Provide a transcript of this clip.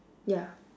ya